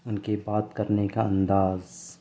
ان کے بات کرنے کا انداز